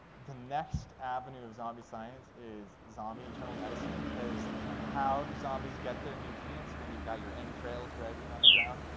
the next avenue of zombie science is zombie internal medicine. because how do zombies get their nutrients when you've got your entrails dragging on the ground?